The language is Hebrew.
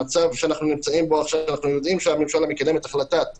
המצב שאנחנו נמצאים בו עכשיו: אנחנו יודעים שהממשלה מקדמת החלטת ממשלה,